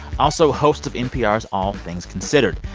also host of npr's all things considered.